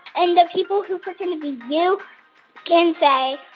and the people who pretend to be you can say,